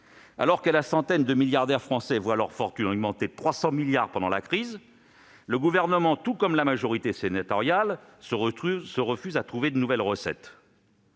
Alors que la centaine de milliardaires français voit sa fortune augmenter de 300 milliards d'euros pendant la crise, le Gouvernement, tout comme la majorité sénatoriale, se refuse à trouver de nouvelles recettes.